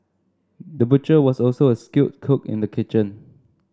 the butcher was also a skilled cook in the kitchen